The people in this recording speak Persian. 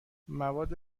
مواد